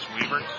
Weaver